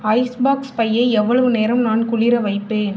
icebox பையை எவ்வளவு நேரம் நான் குளிர வைப்பேன்